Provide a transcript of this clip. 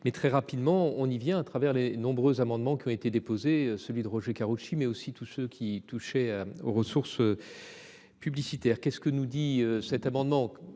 mais très rapidement, on y vient à travers les nombreux amendements qui ont été déposés, celui de Roger Karoutchi mais aussi tout ce qui touchait aux ressources. Publicitaires qu'est ce que nous dit cet amendement,